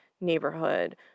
neighborhood